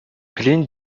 pline